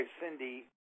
Cindy